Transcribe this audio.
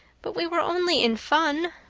but we were only in fun,